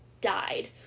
died